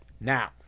Now